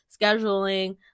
scheduling